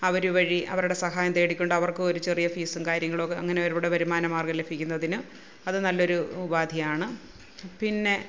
അവർ വഴി അവരുടെ സഹായം തേടിക്കൊണ്ട് അവര്ക്കും ഒരു ചെറിയ ഫീസും കാര്യങ്ങളും ഒക്കെ അങ്ങനെ ഒരുപാട് വരുമാന മാര്ഗം ലഭിക്കുന്നതിന് അത് നല്ലൊരു ഉപാധിയാണ് പിന്നെ